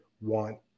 want